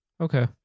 Okay